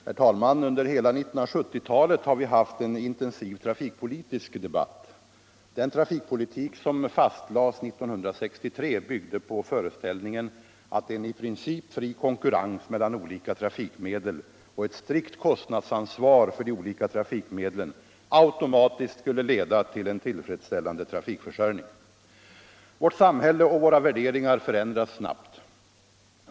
Herr talman! Under hela 1970-talet har vi haft en intensiv trafikpolitisk debatt. Den trafikpolitik som fastlades 1963 byggde på föreställningen att en i princip fri konkurrens mellan olika trafikmedel och ett strikt kostnadsansvar för de olika trafikmedlen automatiskt skulle leda till en tillfredsställande trafikförsörjning. Vårt samhälle och våra värderingar förändras snabbt.